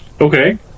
Okay